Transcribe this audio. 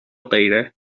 غیره